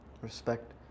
Respect